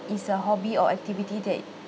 is a hobby or activity that